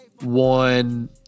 one